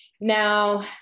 Now